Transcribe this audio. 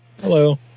Hello